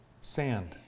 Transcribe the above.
Sand